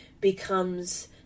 becomes